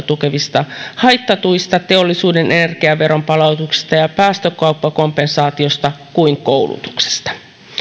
tukevista haittatuista teollisuuden energiaveron palautuksista ja ja päästökappakompensaatiosta kuin koulutuksesta